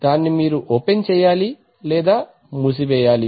దాన్ని మీరు ఓపెన్ చేయాలి లేదా మూసివేయాలి